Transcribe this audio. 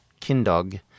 Kindog